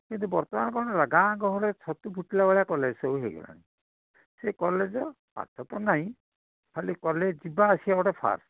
କିନ୍ତୁ ବର୍ତ୍ତମାନ କ'ଣ ହେଲା ଗାଁ ଗହଳିରେ ଛତୁ ଫୁଟିଲା ଭଳିଆ କଲେଜ ସବୁ ହେଇଗଲାଣି ସେ କଲେଜ ପାଠ ତ ନାହିଁ ଖାଲି କଲେଜ ଯିବା ଆସିଆ ଗୋଟେ ଫାର୍ଶ